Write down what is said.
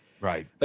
Right